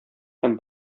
һәм